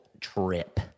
trip